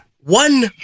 one